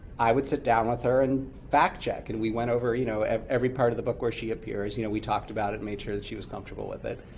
i would sit down with her and fact-check. and we went over you know every part of the book where she appears. you know we talked about it and made sure that she was comfortable with it.